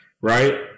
right